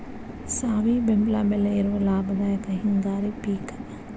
ಸಾವಿ ಬೆಂಬಲ ಬೆಲೆ ಇರುವ ಲಾಭದಾಯಕ ಹಿಂಗಾರಿ ಪಿಕ್